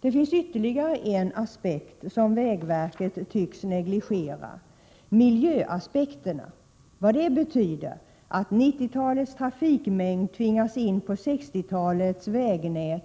Det finns ytterligare en aspekt som vägverket tycks negligera, nämligen miljöaspekten. Vad det betyder att 90-talets trafikmängd tvingas in på 60-talets vägnät